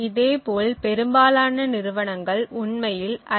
இதேபோல் பெரும்பாலான நிறுவனங்கள் உண்மையில் ஐ